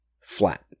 flat